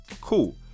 Cool